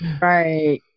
Right